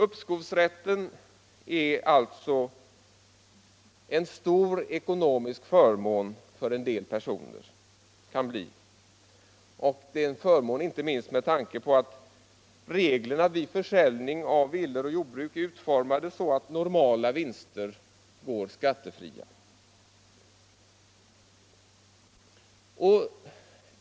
Uppskovsrätten kan alltså bli en stor ekonomisk förmån för en del personer, inte minst med tanke på att reglerna vid försäljning av villor och jordbruk är utformade så att normala vinster går skattefria.